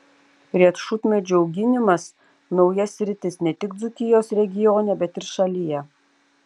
riešutmedžių auginimas nauja sritis ne tik dzūkijos regione bet ir šalyje